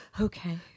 okay